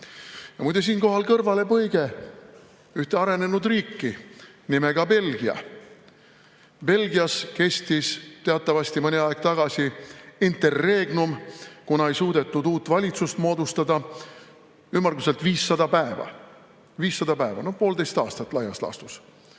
Muide, siinkohal kõrvalepõige ühte arenenud riiki nimega Belgia. Belgias kestis teatavasti mõni aeg tagasi interregnum, kuna ei suudetud uut valitsust moodustada, ümmarguselt kestis see 500 päeva. 500 päeva, poolteist aastat laias laastus.